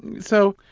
so,